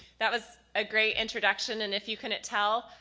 that was a great introduction, and if you couldn't tell,